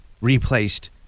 replaced